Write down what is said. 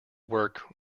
work